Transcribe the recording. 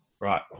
right